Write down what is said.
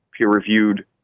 peer-reviewed